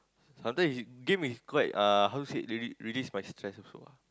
sometimes it game is quite uh how to say release release my stress also